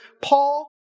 Paul